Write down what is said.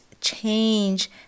change